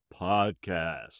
podcast